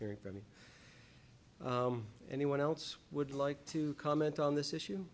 hearing from me anyone else would like to comment on this issue